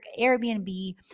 Airbnb